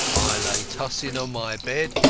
i lay tossing on my bed,